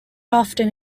often